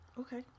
Okay